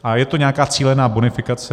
A je to nějaká cílená bonifikace.